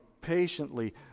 patiently